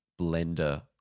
blender